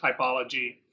typology